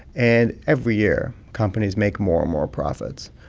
and every year, companies make more and more profits,